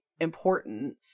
important